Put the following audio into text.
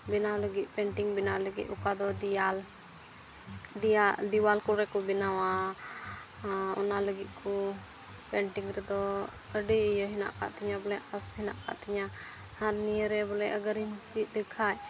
ᱵᱮᱱᱟᱣ ᱞᱟᱹᱜᱤᱫ ᱯᱮᱱᱴᱤᱝ ᱵᱮᱱᱟᱣ ᱞᱟᱹᱜᱤᱫ ᱚᱠᱟ ᱫᱚ ᱫᱮᱣᱟᱞ ᱫᱮᱣᱟᱞ ᱠᱚᱨᱮ ᱠᱚ ᱵᱮᱱᱟᱣᱟ ᱚᱱᱟ ᱞᱟᱹᱜᱤᱫ ᱠᱚ ᱯᱮᱱᱴᱤᱝ ᱨᱮᱫᱚ ᱟᱹᱰᱤ ᱤᱭᱟᱹ ᱦᱮᱱᱟᱜ ᱟᱠᱟᱫ ᱛᱤᱧᱟ ᱵᱚᱞᱮ ᱟᱥ ᱦᱮᱱᱟᱜ ᱟᱠᱟᱫ ᱛᱤᱧᱟ ᱟᱨ ᱱᱤᱭᱟᱹᱨᱮ ᱵᱚᱞᱮ ᱟᱜᱟᱨᱤᱧ ᱪᱮᱫ ᱞᱮᱠᱷᱟᱱ